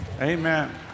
Amen